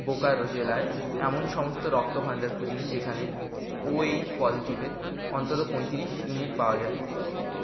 বোকারো জেলায় এমন সমস্ত রক্তভাণ্ডার খুঁজুন যেখানে ওএইচ পজিটিভের অন্তত পঁয়ত্রিশ ইউনিট পাওয়া যায়